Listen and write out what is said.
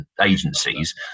agencies